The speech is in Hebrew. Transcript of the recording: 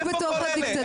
איפה כל אלה?